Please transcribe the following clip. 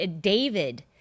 David